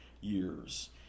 years